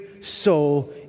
soul